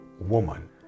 woman